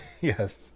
Yes